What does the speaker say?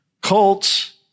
Cults